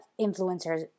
influencers